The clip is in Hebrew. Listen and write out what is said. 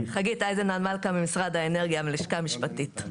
חגית אייזמנן-מלכה ממשרד האנרגיה מהלשכה המשפטית.